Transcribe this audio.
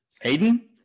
Hayden